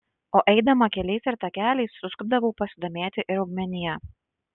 o eidama keliais ir takeliais suskubdavau pasidomėti ir augmenija